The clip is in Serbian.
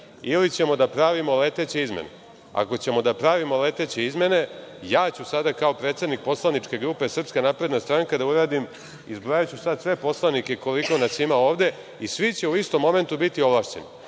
ili ćemo da pravimo leteće izmene. Ako ćemo da pravimo leteće izmene, ja ću sada kao predsednik poslaničke grupe SNS da uradim,, izbrojaću sad sve poslanike koliko nas ima ovde i svi će u istom momentu biti ovlašćeni